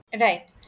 Right